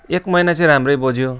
एक महिना चाहिँ राम्रै बज्यो